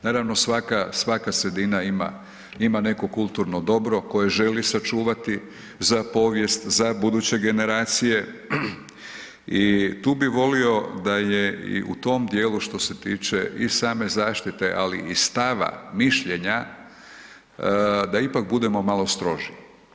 Naravno svaka sredina ima neko kulturno dobro koje želi sačuvati za povijest, za buduće generacije i tu bi volio da je i u tom dijelu što se tiče i same zaštite, ali i stava, mišljenja da ipak budemo malo stroži.